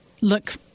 Look